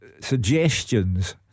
Suggestions